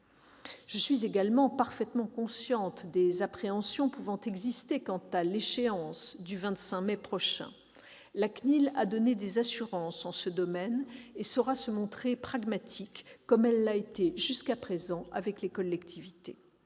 Je suis également parfaitement consciente des appréhensions pouvant exister quant à l'échéance du 25 mai prochain. La CNIL a donné des assurances en ce domaine et saura se montrer pragmatique, comme elle l'a été jusqu'à présent, avec les collectivités.